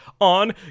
on